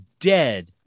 dead